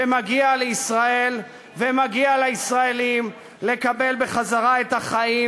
ומגיע לישראל ומגיע לישראלים לקבל בחזרה את החיים,